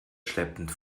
schleppend